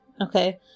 okay